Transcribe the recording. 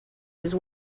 his